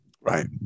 Right